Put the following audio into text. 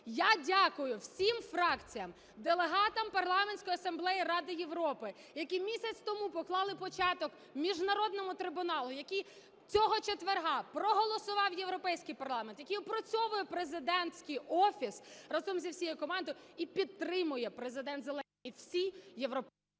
Я дякую всім фракціям, делегатам Парламентської асамблеї Ради Європи, які місяць тому поклали початок міжнародному трибуналу, які цього четверга проголосував Європейський парламент, які опрацьовує президентський офіс разом з усією командою і підтримує Президент Зеленський… (Не чути)